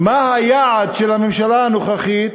מה היעד של הממשלה הנוכחית